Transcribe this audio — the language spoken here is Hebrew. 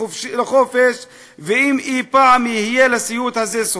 לחופשי ואם אי-פעם יהיה לסיוט הזה סוף.